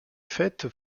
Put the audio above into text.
fêtes